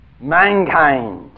mankind